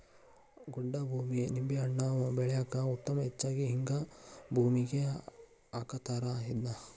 ಗೊಡ್ಡ ಭೂಮಿ ನಿಂಬೆಹಣ್ಣ ಬೆಳ್ಯಾಕ ಉತ್ತಮ ಹೆಚ್ಚಾಗಿ ಹಿಂತಾ ಭೂಮಿಗೆ ಹಾಕತಾರ ಇದ್ನಾ